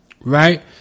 Right